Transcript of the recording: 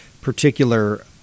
particular